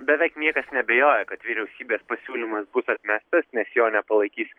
beveik niekas neabejoja kad vyriausybės pasiūlymas bus atmestas nes jo nepalaikys